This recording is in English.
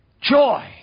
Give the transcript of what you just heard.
joy